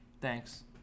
Thanks